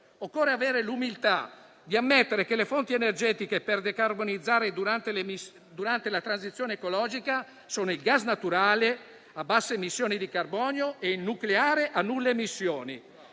Occorre avere l'umiltà di ammettere che le fonti energetiche per decarbonizzare durante la transizione ecologica sono il gas naturale a bassa emissione di carbonio e il nucleare a zero emissioni.